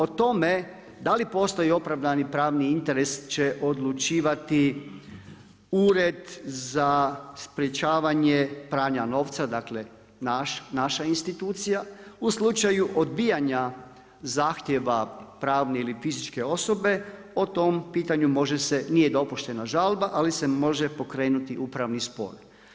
O tome da li postoji opravdani pravni interes će odlučivati Ured za sprečavanje pranja novca, dakle naša institucija, u slučaju odbijanja zahtjeva pravne ili fizičke osobe, o tome pitanju nije dopuštena žalba, ali se može pokrenuti upravni spor.